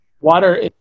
Water